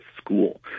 school